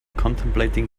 contemplating